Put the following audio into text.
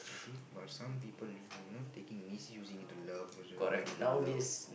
is it but some people not taking misusing into love name of the love